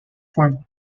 form